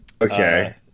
Okay